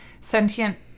sentient